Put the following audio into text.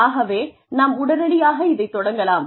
ஆகவே நாம் உடனடியாக இதைத் தொடங்கலாம்